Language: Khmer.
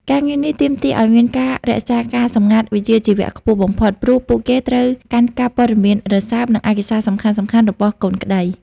ការងារនេះទាមទារឱ្យមានការរក្សាការសម្ងាត់វិជ្ជាជីវៈខ្ពស់បំផុត ព្រោះពួកគេត្រូវកាន់កាប់ព័ត៌មានរសើប និងឯកសារសំខាន់ៗរបស់កូនក្តី។